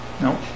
No